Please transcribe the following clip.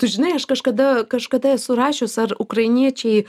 tu žinai aš kažkada kažkada esu rašius ar ukrainiečiai